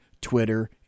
Twitter